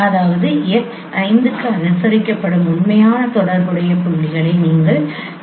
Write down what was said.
அதாவது x 5க்கு அனுசரிக்கப்படும் உண்மையான தொடர்புடைய புள்ளிகளை நீங்கள் கருதுகிறீர்கள்